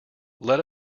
let